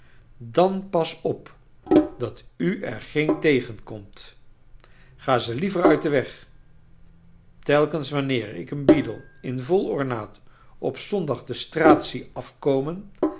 dan pas op dat u er geen tegenkomt ga ze liever uit den weg telkens wanneer ik een beadle in vol ornaat op zondag de